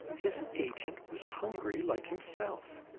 his agent was hungry, like himself.